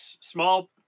small